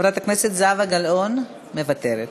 חברת הכנסת זהבה גלאון, מוותרת.